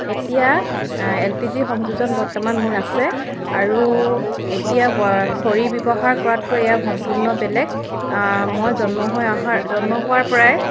এতিয়া L P G ৰ সংযোজন বৰ্তমান মোৰ আছে আৰু এতিয়া খৰি ব্যৱহাৰ কৰাতকৈ এইয়া সম্পূৰ্ণ বেলেগ মই জন্ম হৈ অহাৰ জন্ম হোৱাৰপৰাই